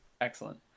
excellent